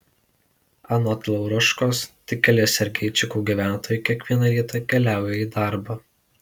anot lauruškos tik keli sergeičikų gyventojai kiekvieną rytą keliauja į darbą